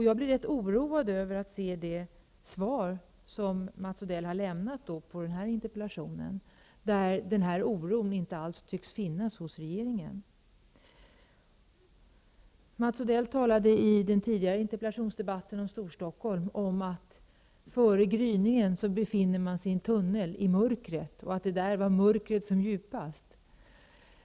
Jag blir oroad av det svar Mats Odell har lämnat på min interpellation, eftersom den här oron inte alls tycks finnas hos regeringen. Mats Odell talade i den tidigare interpellationsdebatten om Storstockholm och sade att före gryningen befinner man sig i mörkret i en tunnel och att mörkret är som djupast då.